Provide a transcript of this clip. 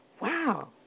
Wow